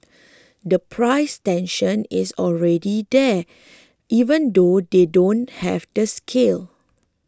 the price tension is already there even though they don't have the scale